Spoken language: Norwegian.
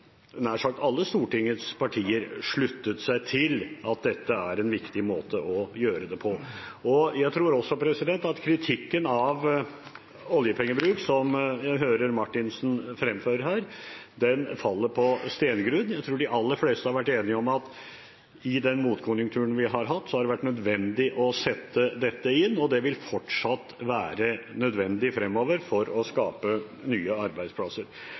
dette er en viktig måte å gjøre det på. Jeg tror også at kritikken av oljepengebruk, som jeg hører Marthinsen fremføre her, faller på stengrunn. Jeg tror de aller fleste har vært enige om at i den motkonjunkturen vi har hatt, har det vært nødvendig å sette dette inn, og det vil fortsatt være nødvendig fremover for å skape nye arbeidsplasser.